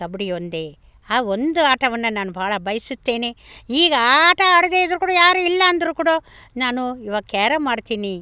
ಕಬಡ್ಡಿ ಒಂದೇ ಆ ಒಂದು ಆಟವನ್ನು ನಾನು ಭಾಳ ಬಯಸುತ್ತೇನೆ ಈಗ ಆ ಆಟ ಆಡದೇ ಇದ್ರೂ ಕೂಡ ಯಾರೂ ಇಲ್ಲಾ ಅಂದರೂ ಕೂಡ ನಾನು ಇವಾಗ ಕ್ಯಾರಂ ಆಡ್ತೀನಿ